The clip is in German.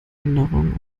änderungen